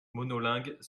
monolingue